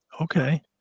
Okay